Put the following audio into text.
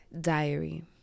Diary